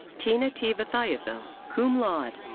teena t. vithayathil, cum laude.